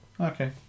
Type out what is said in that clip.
Okay